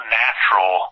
natural